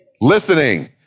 Listening